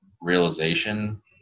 realization